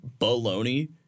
baloney